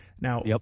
Now